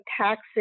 taxes